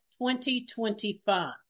2025